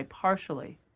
partially